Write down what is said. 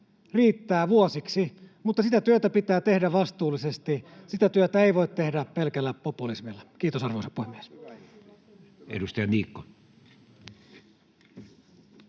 riittää vuosiksi, mutta sitä työtä pitää tehdä vastuullisesti. Sitä työtä ei voi tehdä pelkällä populismilla. — Kiitos, arvoisa puhemies.